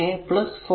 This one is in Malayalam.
1a 4